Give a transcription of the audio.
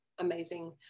amazing